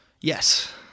Yes